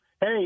Hey